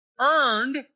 earned